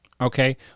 okay